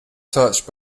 touched